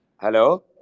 hello